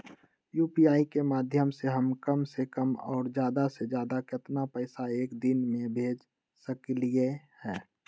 UPI के माध्यम से हम कम से कम और ज्यादा से ज्यादा केतना पैसा एक दिन में भेज सकलियै ह?